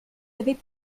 avez